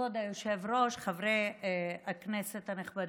כבוד היושב-ראש, חברי הכנסת הנכבדים,